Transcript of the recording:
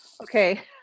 okay